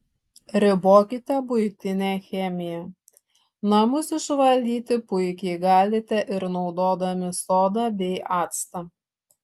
ribokite buitinę chemiją namus išvalyti puikiai galite ir naudodami sodą bei actą